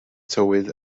tywydd